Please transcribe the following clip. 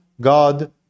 God